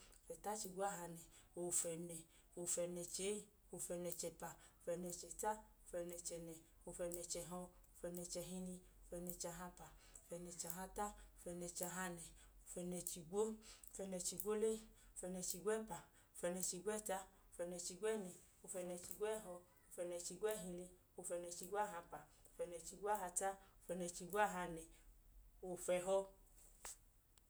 Ofẹta-chigwahanẹ, ofẹnẹ, ofẹnẹ-chee, ofẹnẹ-chẹpa, ofẹnẹ-chẹta, ofẹnẹ-chẹnẹ, ofẹnẹ-chẹhọ, ofẹnẹ-chẹhili, ofẹnẹ-chahapa, ofẹnẹ-chahata, ofẹnẹ-chahanẹ, ofẹnẹ-chigwo, ofẹnẹ-chigwolee, ofẹnẹ-chigwẹpa, ofẹnẹ-chigwẹta, ofẹnẹ-chigwẹnẹ, ofẹnẹ-chigwẹhọ, ofẹnẹ-chigwẹhili, ofẹnẹ-chigwahapa, ofẹnẹ-chigwahata, ofẹnẹ-chigwahanẹ, ofẹhọ